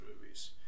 movies